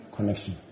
Connection